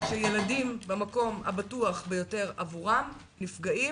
שילדים במקום הבטוח ביותר עבורם נפגעים.